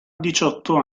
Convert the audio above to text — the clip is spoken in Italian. diciotto